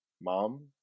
Mom